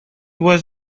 was